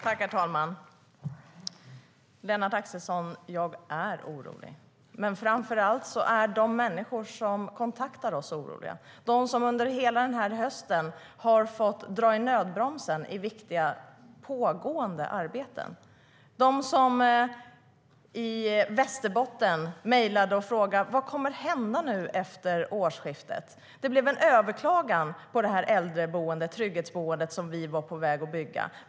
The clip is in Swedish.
Herr talman! Jag är orolig, Lennart Axelsson. Men framför allt är de människor som kontaktar oss oroliga, de människor som under hela hösten har fått dra i nödbromsen i fråga om viktiga pågående arbeten. Jag tänker på dem i Västerbotten som mejlade och frågade: Vad kommer att hända efter årsskiftet? Det blev ett överklagande i fråga om det äldreboende, trygghetsboende, som vi var på väg att bygga.